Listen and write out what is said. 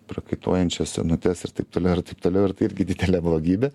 prakaituojančias senutes ir taip toliau ir taip toliau ir tai irgi didelė blogybė